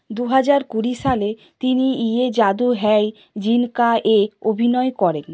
দু হাজার কুড়ি সালে তিনি ইয়ে জাদু হ্যায় জিন কা এ অভিনয় করেন